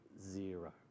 zero